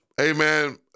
amen